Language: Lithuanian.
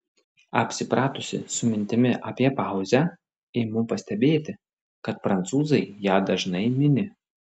apsipratusi su mintimi apie pauzę imu pastebėti kad prancūzai ją dažnai mini